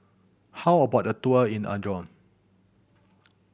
how about a tour in Andorra